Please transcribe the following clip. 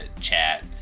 chat